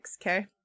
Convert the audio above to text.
okay